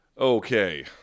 Okay